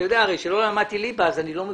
אתה הרי יודע שלא למדתי ליבה ולכן אני לא מבין.